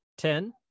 Ten